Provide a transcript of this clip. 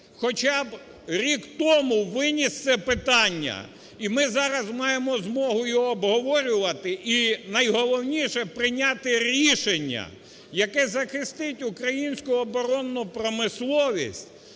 хоча б рік тому виніс це питання. І ми зараз маємо змогу його обговорювати і найголовніше – прийняти рішення, яке захистить українську оборонну промисловість